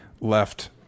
left